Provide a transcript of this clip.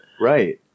Right